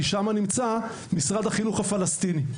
כי שם נמצא משרד החינוך הפלסטיני.